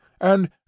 and